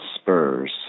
Spurs